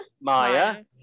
Maya